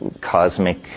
cosmic